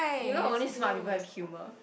you know only smart people have humor